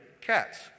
cats